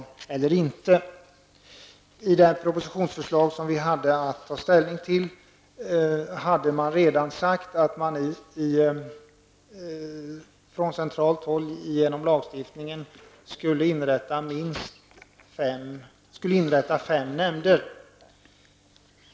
I det propositionsförslag som riksdagen hade att ta ställning till framhölls att man från centralt håll genom lagstiftning skulle inrätta fem nämnder.